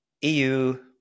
EU